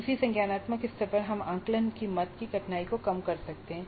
उसी संज्ञानात्मक स्तर पर हम आकलन मद की कठिनाई को कम कर सकते हैं